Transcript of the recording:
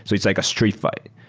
so it's like a street fight.